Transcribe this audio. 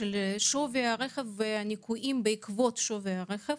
שווי הרכב והניכויים בעקבות שווי הרכב.